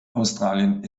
australien